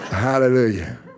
Hallelujah